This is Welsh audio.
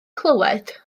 clywed